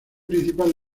principal